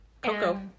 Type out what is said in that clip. Coco